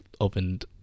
opened